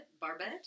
barbet